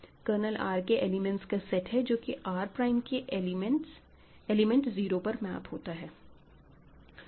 colonel R के elements का set जो कि R प्राइम के एलिमेंट 0 पर मैप होते है